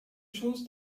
chose